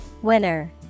Winner